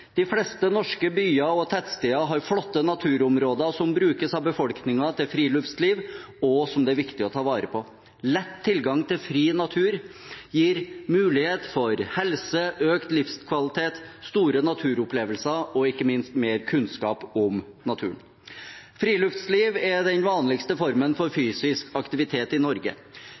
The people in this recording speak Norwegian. De fleste norske byer og tettsteder har flotte naturområder som brukes av befolkningen til friluftsliv, og som det er viktig å ta vare på. Lett tilgang til fri natur gir mulighet for helse, økt livskvalitet, store naturopplevelser og ikke minst mer kunnskap om naturen. Friluftsliv er den vanligste formen for fysisk aktivitet i Norge.